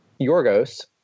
Yorgos